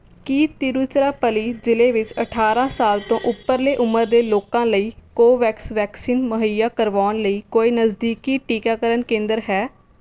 ਕੀ ਤਿਰੂਚਿਰਾਪੱਲੀ ਜ਼ਿਲ੍ਹੇ ਵਿੱਚ ਅਠਾਰਾਂ ਸਾਲ ਤੋਂ ਉਪਰਲੇ ਉਮਰ ਦੇ ਲੋਕਾਂ ਲਈ ਕੋਵੈਕਸ ਵੈਕਸੀਨ ਮੁਹੱਈਆ ਕਰਵਾਉਣ ਲਈ ਕੋਈ ਨਜ਼ਦੀਕੀ ਟੀਕਾਕਰਨ ਕੇਂਦਰ ਹੈ